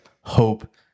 hope